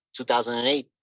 2008